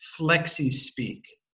flexi-speak